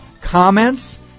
comments